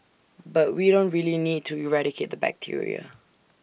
but we don't really need to eradicate the bacteria